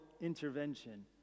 intervention